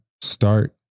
start